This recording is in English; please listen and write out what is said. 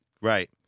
Right